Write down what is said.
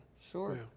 Sure